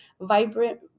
vibrant